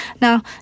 Now